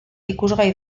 ikusgai